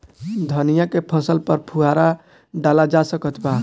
धनिया के फसल पर फुहारा डाला जा सकत बा?